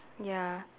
ya